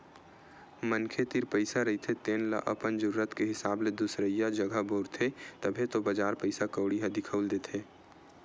मनखे तीर पइसा रहिथे तेन ल अपन जरुरत के हिसाब ले दुसरइया जघा बउरथे, तभे तो बजार पइसा कउड़ी ह दिखउल देथे